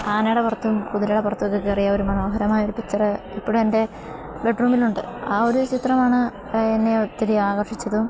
ആനയുടെ പുറത്തും കുതിരയുടെ പുറത്തുമൊക്കെ കയറിയയൊരു മനോഹരമായൊരു പിക്ചര് ഇപ്പോഴുമെൻ്റെ ബെഡ്റൂമിലുണ്ട് ആ ഒരു ചിത്രമാണ് എന്നെ ഒത്തിരി ആകർഷിച്ചതും